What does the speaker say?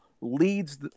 leads